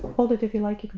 hold it if you like,